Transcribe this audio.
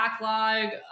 backlog